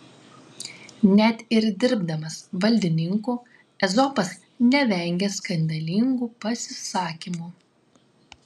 net ir dirbdamas valdininku ezopas nevengia skandalingų pasisakymų